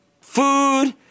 food